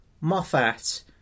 Moffat